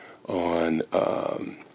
on